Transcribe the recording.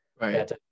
Right